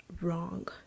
wrong